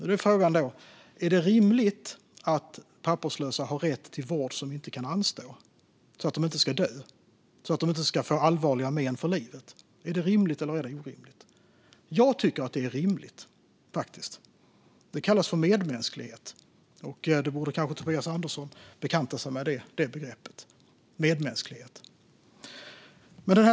Då är frågan: Är det rimligt att papperslösa har rätt till vård som inte kan anstå, så att de inte ska dö eller få allvarliga men för livet? Är det rimligt eller orimligt? Jag tycker faktiskt att det är rimligt. Det kallas för medmänsklighet. Tobias Andersson borde kanske bekanta sig med begreppet medmänsklighet.